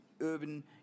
urban